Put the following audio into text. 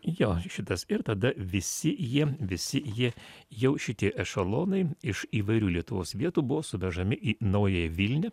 jo šitas ir tada visi jie visi jie jau šitie ešelonai iš įvairių lietuvos vietų buvo suvežami į naująją vilnią